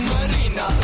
Marina